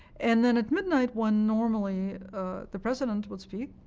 and then at midnight, when normally the president would speak,